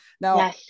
Now